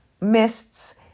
mists